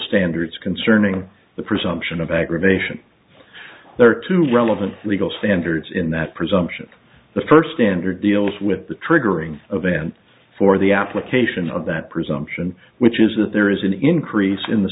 standards concerning the presumption of aggravation there are two relevant legal standards in that presumption the first standard deals with the triggering event for the application of that presumption which is that there is an increase in the